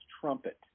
trumpet